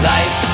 Life